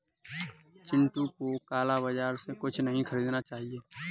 चिंटू को काला बाजार से कुछ नहीं खरीदना चाहिए